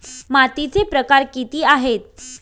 मातीचे प्रकार किती आहेत?